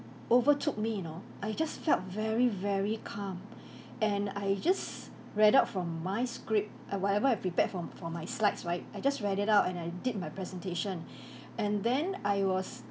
overtook me you know I just felt very very calm and I just read out from my script uh whatever I prepared from from my slides right I just read it out and I did my presentation and then I was